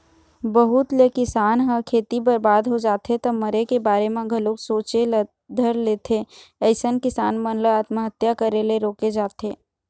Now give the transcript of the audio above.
बहुत ले किसान ह खेती बरबाद हो जाथे त मरे के बारे म घलोक सोचे ल धर लेथे अइसन किसान मन ल आत्महत्या करे ले रोके जाथे